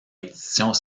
éditions